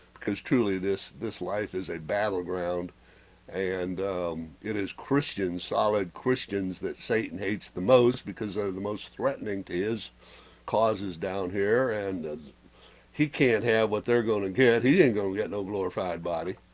because truly this this life is a battleground and it is christian solid christians that satan hates the most because they're the most threatening tis causes down here and he can't have what they're, gonna get he didn't and gonna get no glorified. body,